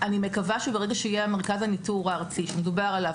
אני מקווה שזה יתאפשר ברגע שיהיה מרכז הניטור הארצי שמדובר עליו,